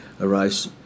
arise